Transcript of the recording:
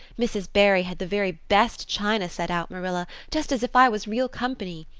mrs. barry had the very best china set out, marilla, just as if i was real company.